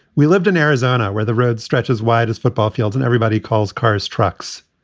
we lived in arizona where the road stretched as wide as football field and everybody calls cars, trucks.